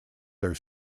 their